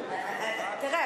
תראה,